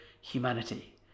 humanity